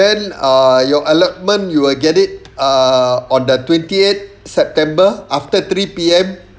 then uh your alertment you will get it ah on the twenty eighth september after three P_M